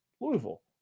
Louisville